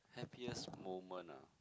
happiest moment ah